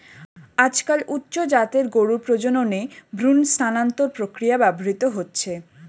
আজকাল উচ্চ জাতের গরুর প্রজননে ভ্রূণ স্থানান্তর প্রক্রিয়া ব্যবহৃত হচ্ছে